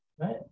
right